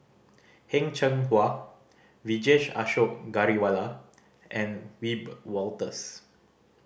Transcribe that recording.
Heng Cheng Hwa Vijesh Ashok Ghariwala and Wiebe Wolters